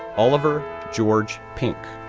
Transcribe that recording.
oliver george pink,